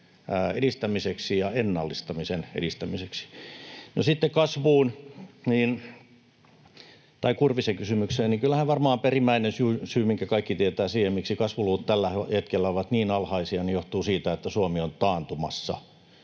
edistämiseksi ja ennallistamisen edistämiseksi. No, sitten kasvusta, Kurvisen kysymykseen: Kyllähän varmaan perimmäinen syy, minkä kaikki tietävät, siihen, miksi kasvuluvut tällä hetkellä ovat niin alhaisia, on se, että Suomi on taantumassa